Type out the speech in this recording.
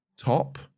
top